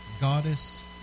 goddess